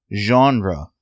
genre